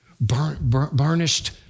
Burnished